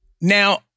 Now